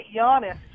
Giannis